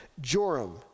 Joram